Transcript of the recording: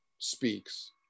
speaks